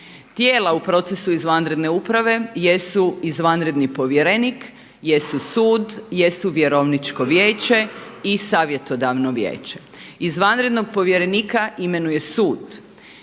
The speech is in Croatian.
Tijela u procesu izvanredne uprave jesu izvanredni povjerenik, jesu sud, jesu Vjerovničko vijeće i Savjetodavno vijeće. Izvanrednog povjerenika imenuje sud